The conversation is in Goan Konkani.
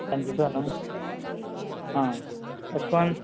आमगे स आं तश कोन्न